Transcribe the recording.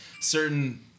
certain